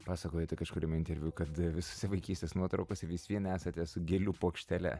pasakojote kažkuriame interviu kad visose vaikystės nuotraukose vis vien esate su gėlių puokštele